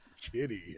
Kitty